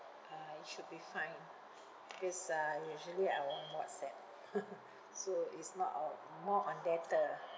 uh it should be fine because uh I usually I want whatsapp so it's not um more on data ah